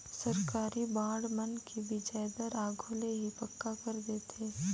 सरकारी बांड मन के बियाज दर आघु ले ही पक्का कर देथे